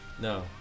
No